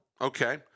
okay